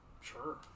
Sure